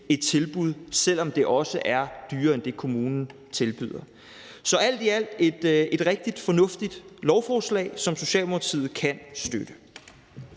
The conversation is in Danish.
et tilbud, selv om det også er dyrere end det, kommunen tilbyder. Så alt i alt er det et rigtig fornuftigt lovforslag, som Socialdemokratiet kan støtte.